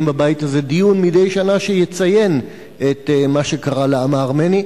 בבית הזה מדי שנה דיון שיציין את מה שקרה לעם הארמני.